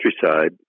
countryside